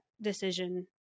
decision